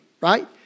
right